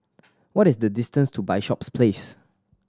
what is the distance to Bishops Place